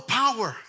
power